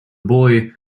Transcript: boy